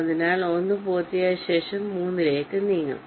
അതിനാൽ 1 പൂർത്തിയായതിന് ശേഷം നമുക്ക് 3 ലേക്ക് നീങ്ങാം